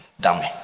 dummy